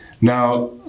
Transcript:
Now